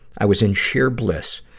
i was in sheer bliss.